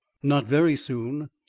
not very soon.